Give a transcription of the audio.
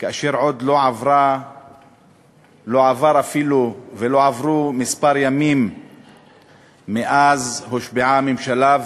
כאשר עוד לא עברו אפילו כמה ימים מאז הושבעה הממשלה.